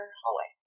hallway